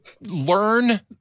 learn